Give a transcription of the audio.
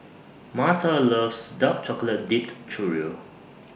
Marta loves Dark Chocolate Dipped Churro